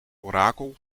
orakel